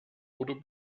oder